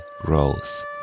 growth